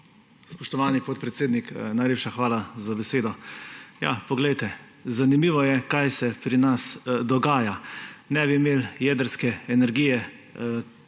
Spoštovani podpredsednik, najlepša hvala za besedo. Ja, poglejte! Zanimivo je, kaj se pri nas dogaja. Ne bi imeli jedrske energije,